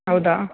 ಹೌದಾ